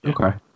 okay